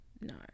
no